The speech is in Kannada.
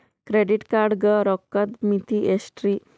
ಕ್ರೆಡಿಟ್ ಕಾರ್ಡ್ ಗ ರೋಕ್ಕದ್ ಮಿತಿ ಎಷ್ಟ್ರಿ?